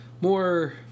more